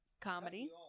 comedy